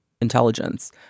intelligence